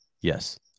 Yes